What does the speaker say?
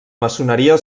maçoneria